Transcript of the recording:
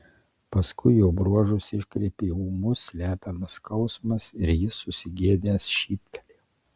paskui jo bruožus iškreipė ūmus slepiamas skausmas ir jis susigėdęs šyptelėjo